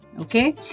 Okay